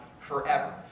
forever